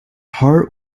heart